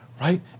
right